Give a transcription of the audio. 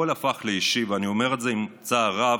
הכול הפך לאישי, ואני אומר את זה בצער רב.